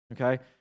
Okay